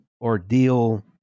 ordeal